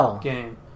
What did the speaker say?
game